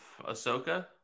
Ahsoka